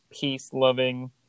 peace-loving